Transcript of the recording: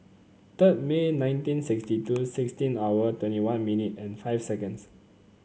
third May nineteen sixty two sixteen hour twenty one minute and five seconds